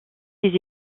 des